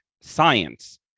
science